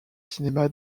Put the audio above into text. cinéma